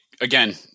again